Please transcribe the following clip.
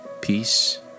peace